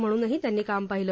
म्हणूनही त्यांनी काम पाहिलं